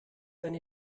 eine